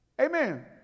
Amen